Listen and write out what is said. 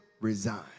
Resign